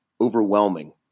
overwhelming